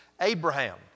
Abraham